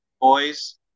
boys